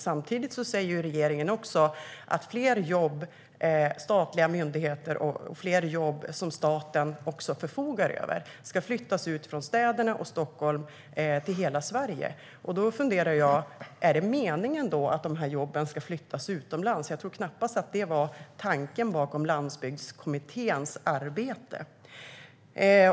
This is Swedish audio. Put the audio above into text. Samtidigt säger regeringen att flera jobb som staten förfogar över ska flyttas ut från städerna och Stockholm till hela Sverige. Är det meningen att de jobben ska flyttas utomlands? Jag tror knappast att det var tanken bakom Landsbygdskommitténs arbete.